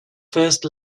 first